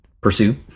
pursue